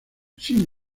sin